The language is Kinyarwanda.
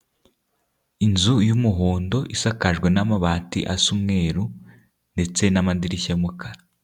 Inzu y'umuhondo isakajwe n'amabati asa umweru ndetse n'amadirishya y'umukara.